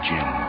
Jim